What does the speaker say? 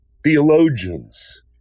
Theologians